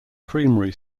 creamery